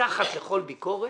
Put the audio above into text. מתחת לכל ביקורת,